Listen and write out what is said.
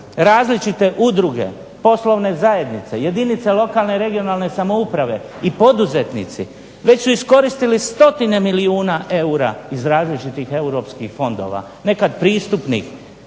različite udruge, poslovne zajednice, jedinice lokalne, regionalne samouprave i poduzetnici već su iskoristili 100 milijuna eura iz različitih Europskih fondova, nekada pristupnih,